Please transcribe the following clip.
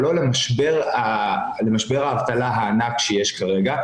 אבל לא למשבר האבטלה הענק שיש כרגע.